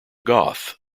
goth